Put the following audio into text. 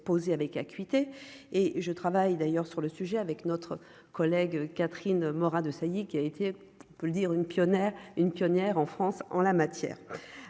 posé avec acuité et je travaille d'ailleurs sur le sujet avec notre collègue Catherine Morin-Desailly qui a été peut le dire, une pionnière une pionnière en France en la matière,